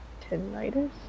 Tinnitus